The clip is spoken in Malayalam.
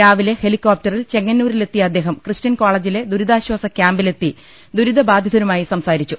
രാവിലെ ഹെലി കോപ്കടറിൽ ചെങ്ങന്നൂരിലെത്തിയ അദ്ദേഹം ക്രിസ്ത്യൻ കോളേജിലെ ദുരിതാശ്ചാസ ക്യാമ്പിലെത്തി ദുരിതബാധിതരുമായി സംസാരിച്ചു